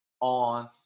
on